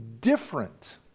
different